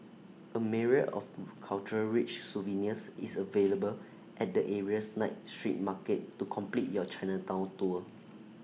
A myriad of cultural rich souvenirs is available at the area's night street market to complete your Chinatown tour